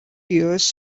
tears